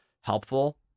helpful